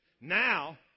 now